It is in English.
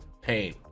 pain